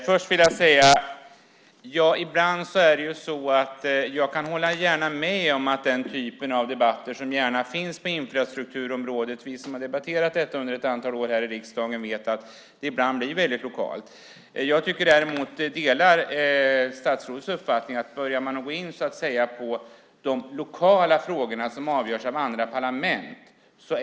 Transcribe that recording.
Herr talman! Jag kan hålla med om att den typ av debatt som förs på infrastrukturområdet ibland kan bli väldigt lokal. Det vet vi som har debatterat detta under ett antal år i riksdagen. Jag delar statsrådets uppfattning att det inte är bra om man börjar gå in på de lokala frågorna som avgörs av fullmäktige.